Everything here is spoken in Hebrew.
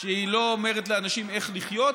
שהיא לא אומרת לאנשים איך לחיות,